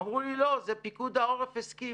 אמרו לי: לא, זה פיקוד העורף הסכים.